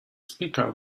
speaker